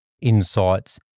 insights